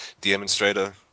Demonstrator